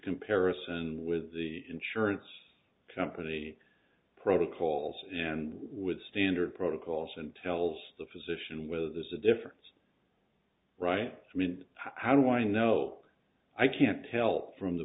comparison with the insurance company protocols and with standard protocols and tells the physician whether there's a difference right i mean how do i know i can't tell from the